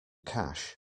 cash